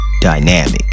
dynamic